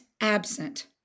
absent